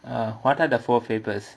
uh what are the four papers